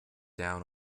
down